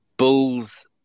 Bulls